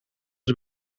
het